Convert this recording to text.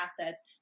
assets